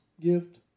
gift